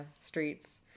streets